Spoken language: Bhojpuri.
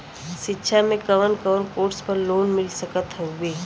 शिक्षा मे कवन कवन कोर्स पर लोन मिल सकत हउवे?